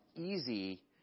easy